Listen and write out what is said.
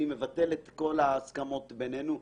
אני מבטל את כל ההסכמות בינינו.